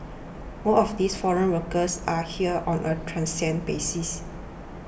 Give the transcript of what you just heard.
most of these foreign workers are here on a transient basis